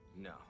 No